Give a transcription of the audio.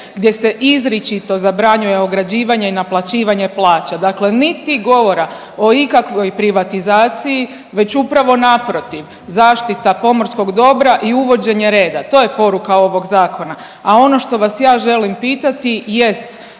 gdje se izričito zabranjuje ograđivanje i naplaćivanje plaća. Dakle, niti govora o ikakvoj privatizaciji već upravo naprotiv zaštita pomorskog dobra i uvođenje reda. To je poruka ovog zakona, a ono što vas ja želim pitati